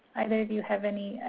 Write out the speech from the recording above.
either of you have any?